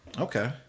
okay